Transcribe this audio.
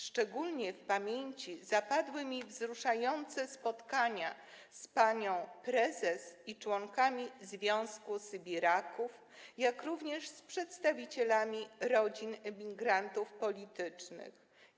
Szczególnie w pamięci zapadły mi wzruszające spotkania z panią prezes i członkami Związku Sybiraków, jak również z przedstawicielami rodzin emigrantów politycznych.